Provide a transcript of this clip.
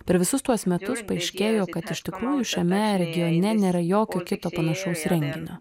per visus tuos metus paaiškėjo kad iš tikrųjų šiame regione nėra jokio kito panašaus renginio